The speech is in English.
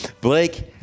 Blake